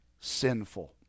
sinful